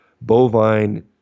bovine